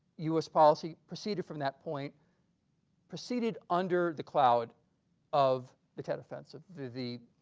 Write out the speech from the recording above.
us policy proceeded from that point proceeded under the cloud of the tet offensive. the the